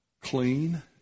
Clean